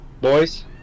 Boys